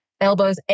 elbows